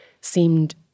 seemed